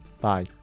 Bye